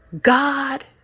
God